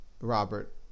Robert